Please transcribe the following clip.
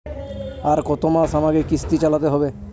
আর কতমাস আমাকে কিস্তি চালাতে হবে?